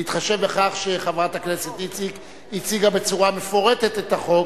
להתחשב בכך שחברת הכנסת איציק הציגה בצורה מפורטת את החוק.